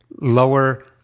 lower